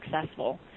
successful